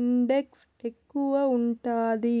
index ఎక్కువ ఉంటాది